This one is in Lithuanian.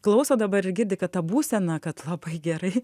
klauso dabar ir girdi kad ta būsena kad labai gerai